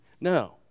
No